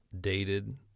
dated